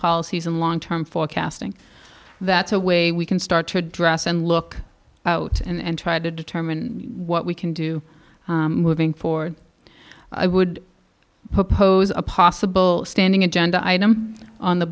policies and long term forecasting that's a way we can start to address and look out and try to determine what we can do moving forward i would propose a possible standing agenda item on the